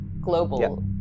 global